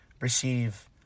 receive